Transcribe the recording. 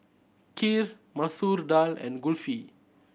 Kheer Masoor Dal and Kulfi